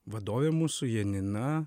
vadovė mūsų janina